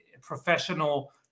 professional